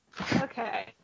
Okay